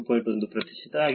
1 ಪ್ರತಿಶತ ಆಗಿದೆ